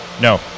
No